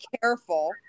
careful